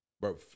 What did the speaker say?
bro